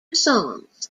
songs